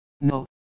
No